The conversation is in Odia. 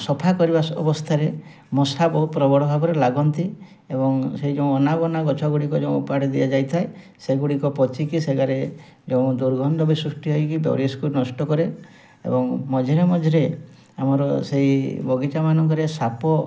ସଫା କରିବା ସ ଅବସ୍ଥାରେ ମଶା ବହୁ ପ୍ରବଳ ଭାବରେ ଲାଗନ୍ତି ଏବଂ ସେଇ ଯେଉଁ ଅନାବନା ଗଛ ଗୁଡ଼ିକ ଯେଉଁ ଉପାଡ଼ି ଦିଆଯାଇଥାଏ ସେ ଗୁଡ଼ିକ ପଚିକି ସେ ଜାଗାରେ ଯେଉଁ ଦୁର୍ଗନ୍ଧ ବି ସୁଷ୍ଟି ହେଇକି ପରିବେଶକୁ ନଷ୍ଟ କରେ ଏବଂ ମଝିରେ ମଝିରେ ଆମର ସେଇ ବଗିଚା ମାନଙ୍କରେ ସାପ